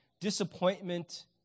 disappointment